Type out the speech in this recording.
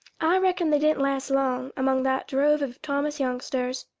i reckon they didn't last long among that drove of thomas youngsters.